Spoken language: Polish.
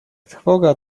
trwoga